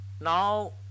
Now